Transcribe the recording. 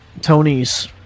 Tony's